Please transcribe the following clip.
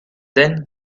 then